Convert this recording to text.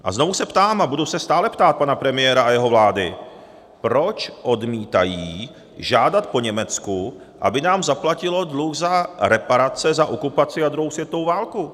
A znovu se ptám, a budu se stále ptát pana premiéra a jeho vlády, proč odmítají žádat po Německu, aby nám zaplatilo dluh za reparace za okupaci a druhou světovou válku.